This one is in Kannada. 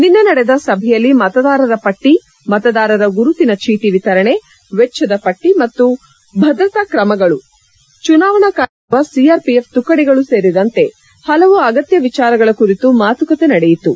ನಿನ್ನೆ ನಡೆದ ಸಭೆಯಲ್ಲಿ ಮತದಾರರ ಪಟ್ಟಿ ಮತದಾರರ ಗುರುತಿನಚೀಟ ವಿತರಣೆ ವೆಚ್ಡದ ಪಟ್ಟಿ ಮತ್ತು ಭದ್ರತಾ ಕ್ರಮಗಳು ಚುನಾವಣಾ ಕಾರ್ಯಕ್ಕೆ ಅಗತ್ಯವಿರುವ ಸಿಆರ್ಪಿಎಫ್ ತುಕಡಿಗಳು ಸೇರಿದಂತೆ ಹಲವು ಅಗತ್ನ ವಿಚಾರಗಳ ಕುರಿತು ಮಾತುಕತೆ ನಡೆಯಿತು